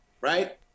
right